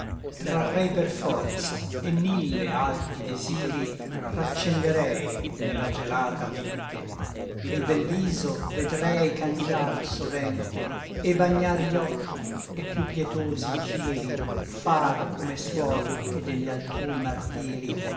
trarrei per forza et mille alti desiri raccenderei ne la gelata mente e l bel viso vedrei cangiar sovente et bagnar gli occhi et piú pietosi giri far come suol chi de gli altrui martiri